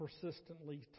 persistently